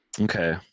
Okay